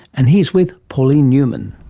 and he's with pauline newman.